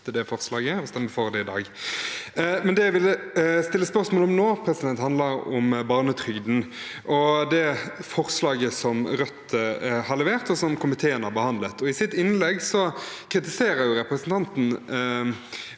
det forslaget og stemme for det i dag. Det jeg vil stille spørsmål om nå, handler om barnetrygden og det forslaget som Rødt har levert, og komiteen har behandlet. I sitt innlegg kritiserer representanten